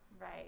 Right